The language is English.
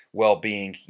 well-being